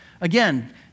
Again